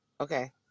Okay